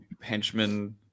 henchmen